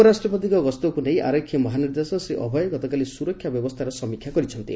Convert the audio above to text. ଉପରାଷ୍ଟ୍ରପତିଙ୍କ ଗସ୍ତକୁ ନେଇ ଆରକ୍ଷୀ ମହାନିର୍ଦ୍ଦେଶକ ଶ୍ରୀ ଅଭୟ ଗତକାଲି ସ୍ବରକ୍ଷା ବ୍ୟବସ୍ଗାର ସମୀକ୍ଷା କରିଛନ୍ତି